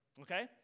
okay